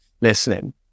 listening